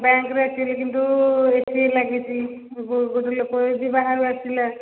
ଆମର ବ୍ୟାଙ୍କରେ ଏକଚୌଲି କିନ୍ତୁ ଏସି ଲାଗିଛି ଗୋଟେ ଲୋକ ଯଦି ବାହାରୁ ଆସିଲା